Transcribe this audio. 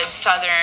Southern